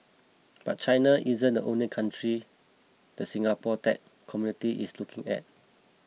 but China isn't the only country the Singapore tech community is looking at